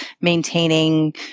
maintaining